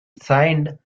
signed